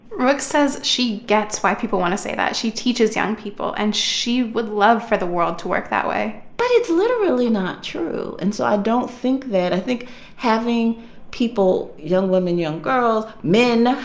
rooks says she gets why people want to say that. she teaches young people. and she would love for the world to work that way but it's literally not true. and so i don't think that i think having people young women, young girls, men,